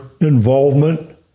involvement